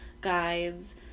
guides